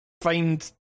find